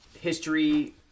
History